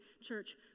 church